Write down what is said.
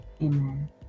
Amen